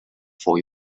for